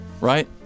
right